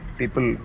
people